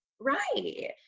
Right